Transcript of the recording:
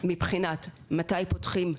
מבחינת מתי פותחים,